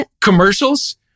commercials